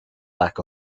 lack